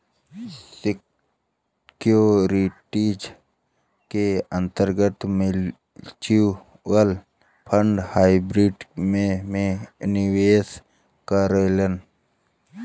securities के अंतर्गत mutual fund hybrid में में निवेश करेलन